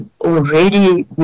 already